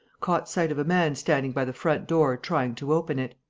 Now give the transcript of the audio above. caught sight of a man standing by the front door trying to open it.